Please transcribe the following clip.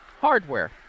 Hardware